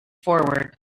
forward